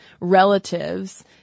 relatives